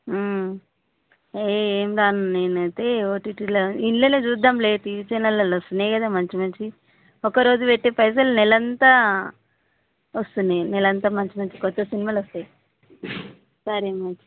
ఏ ఏం రాను నేనైతే ఓటీటీలో ఇళ్ళలో చూద్దాంలే టీవీ ఛానల్లో వస్తున్నాయి కదా మంచి మంచివి ఒక రోజు పెట్టే పైసలు నెల అంతా వస్తున్నాయి నెల అంతా మంచి మంచి కొత్త సినిమాలు వస్తాయి సరే మరి